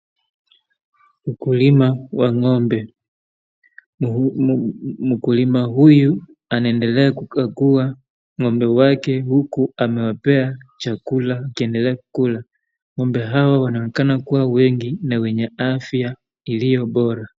Ukulima wa ng'ombe. Mkulima huyu anaendelea kukagua ng'ombe wake huku amewepea chakula wakiendelea kukula. Ng'ombe hawa wanaonekana kuwa wengi na wenye afya iliyo bora.